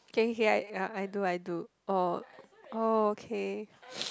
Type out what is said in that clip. kay kay kay I uh I do I do oh oh okay